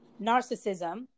narcissism